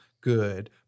good